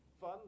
fun